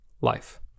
Life